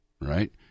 right